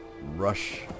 rush